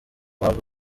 waba